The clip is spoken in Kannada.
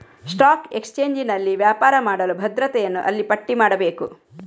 ಸ್ಟಾಕ್ ಎಕ್ಸ್ಚೇಂಜಿನಲ್ಲಿ ವ್ಯಾಪಾರ ಮಾಡಲು ಭದ್ರತೆಯನ್ನು ಅಲ್ಲಿ ಪಟ್ಟಿ ಮಾಡಬೇಕು